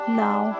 now